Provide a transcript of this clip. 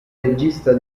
regista